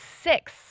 six